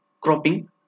cropping